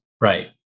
Right